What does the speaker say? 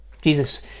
Jesus